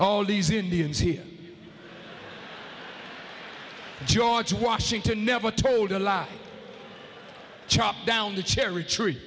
all these indians here george washington never told a lie chopped down the cherry tree